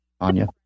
anya